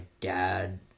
dad